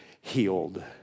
healed